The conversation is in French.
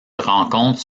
rencontre